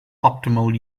optimal